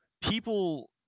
people